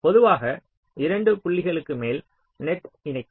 பொதுவாக 2 புள்ளிகளுக்கு மேல் நெட் இணைக்கும்